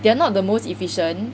they are not the most efficient